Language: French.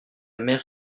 mère